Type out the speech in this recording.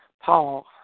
Paul